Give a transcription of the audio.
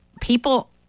people